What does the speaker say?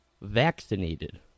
vaccinated